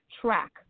track